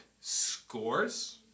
scores